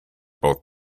both